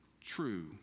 true